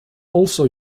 also